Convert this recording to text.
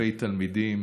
אלפי תלמידים,